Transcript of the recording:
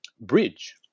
bridge